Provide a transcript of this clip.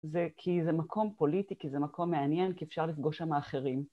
זה כי זה מקום פוליטי, כי זה מקום מעניין, כי אפשר לפגוש שם אחרים.